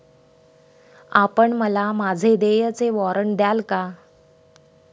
आपण मला माझे देयचे वॉरंट द्याल का?